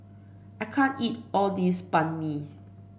I can't eat all this Banh Mi